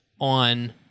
on